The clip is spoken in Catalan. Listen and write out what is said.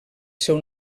seu